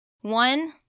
One